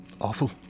Awful